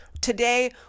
Today